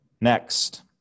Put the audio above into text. Next